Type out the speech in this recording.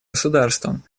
государствам